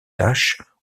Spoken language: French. tâches